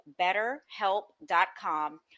betterhelp.com